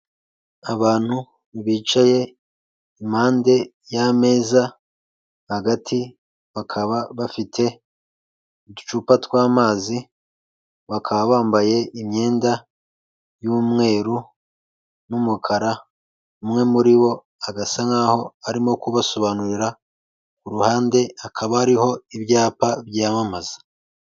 Abantu bicaye impande y'ameza hagati bakaba bafite uducupa tw'amazi bakaba bambaye imyenda y'umweru n'umukara, umwe muri bo agasa nk'aho arimo kubasobanurira ku ruhande hakaba hariho ibyapa byamamaza.